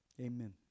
Amen